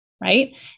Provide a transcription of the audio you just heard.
Right